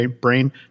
brain